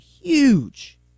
huge